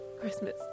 Christmas